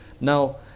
now